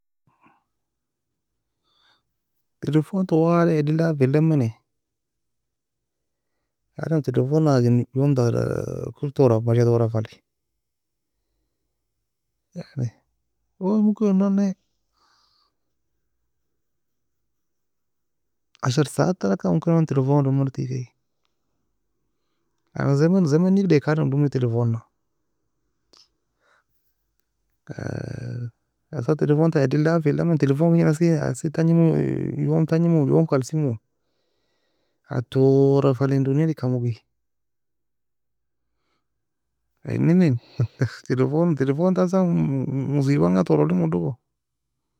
Telephone twali eddi el dafy elimeni. Adem telephone na agien يوم kir toura masha toura falin, ممكن enan nae عشرة ساعات talg ممكن telephone ga domeda teagay, يعني زمن زمن deegdae eka adem domi telephone na, esan telephone ta eddi daffy elemani telephone eseen essen tagni mo يوم tangi mo khalsemo a toura falin دنيا leka mogi enin en. telephone telephone esan مصيبة enga touro eli uoe dogo.